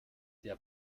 der